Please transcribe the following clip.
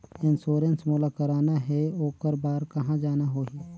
Insurance मोला कराना हे ओकर बार कहा जाना होही?